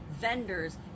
vendors